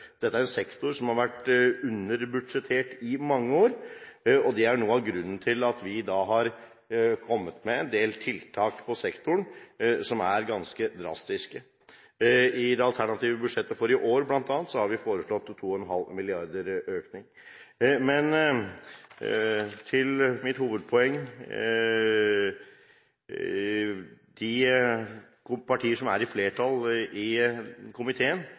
dette er en sektor som har vært underbudsjettert i mange år. Det er noe av grunnen til at vi da har kommet med en del tiltak på sektoren som er ganske drastiske. I det alternative budsjettet for i år har vi bl.a. foreslått en økning på 2,5 mrd. kr. Men til mitt hovedpoeng: De partier som er i flertall i komiteen,